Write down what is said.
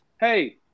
hey